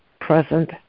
present